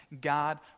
God